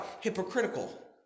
hypocritical